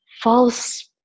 false